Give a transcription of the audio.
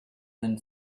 been